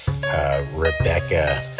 Rebecca